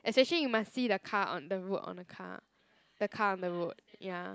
especially you must see the car on the road on the car the car on the road ya